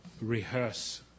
rehearse